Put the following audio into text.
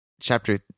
Chapter